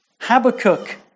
Habakkuk